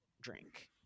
drink